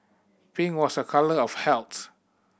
pink was a colour of health